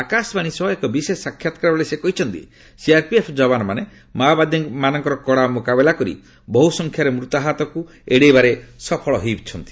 ଆକାଶବାଣୀ ସହ ଏକ ବିଶେଷ ସାକ୍ଷାତକାର ବେଳେ ସେ କହିଛନ୍ତି ସିଆରପିଏଫ୍ ଯବାନମାନେ ମାଓବାଦୀମାନଙ୍କର କଡ଼ା ମୁକାବିଲା କରି ବହୁ ସଂଖ୍ୟାରେ ମୃତାହତକୁ ଏଡ଼ାଇବାରେ ସଫଳ ହୋଇଛନ୍ତି